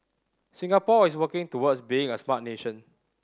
Singapore is working towards being a smart nation